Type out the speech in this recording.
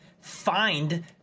Find